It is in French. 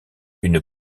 une